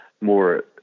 more